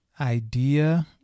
idea